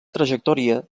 trajectòria